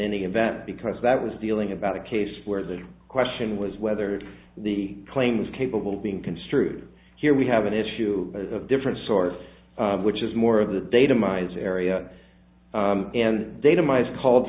any event because that was dealing about a case where the question was whether the claim was capable of being construed here we have an issue of different sorts which is more of the data mines area and data my is called